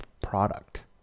product